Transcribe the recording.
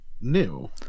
new